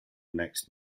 next